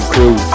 Crew